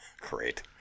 Great